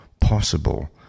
possible